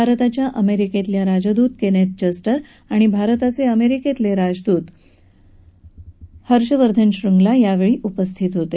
भारतातल्या अमेरिकेच्या राजदूत केनेथ जस्टर आणि भारताचे अमेरिकेतले राजदूत हर्षवर्धन श्रृंगला यावेळी उपस्थित होते